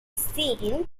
seen